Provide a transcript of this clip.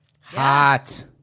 Hot